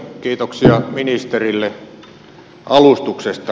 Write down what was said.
kiitoksia ministerille alustuksesta